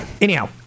anyhow